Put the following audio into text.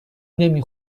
نمی